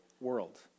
world